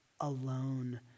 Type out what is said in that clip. alone